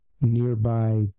nearby